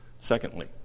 Secondly